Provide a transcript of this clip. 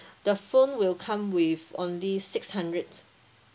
the phone will come with only six hundred